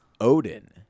Odin